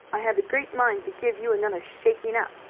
i have a great mind to give you another shaking up,